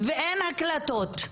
ואין הקלטות.